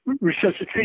resuscitation